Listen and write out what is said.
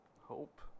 hope